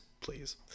please